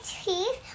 teeth